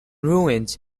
ruins